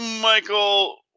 Michael